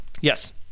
Yes